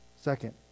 Second